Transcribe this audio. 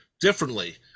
differently